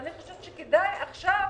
אני חושבת שכדאי עכשיו